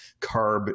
carb